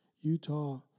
Utah